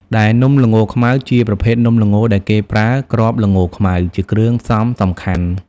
ដែលនំល្ងខ្មៅជាប្រភេទនំល្ងដែលគេប្រើ គ្រាប់ល្ងខ្មៅ ជាគ្រឿងផ្សំសំខាន់។